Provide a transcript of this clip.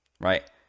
right